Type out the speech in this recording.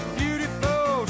beautiful